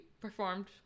performed